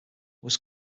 was